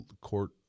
court